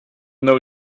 know